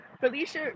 Felicia